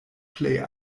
plej